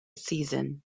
season